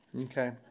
Okay